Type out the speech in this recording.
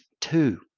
Two